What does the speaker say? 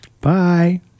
Bye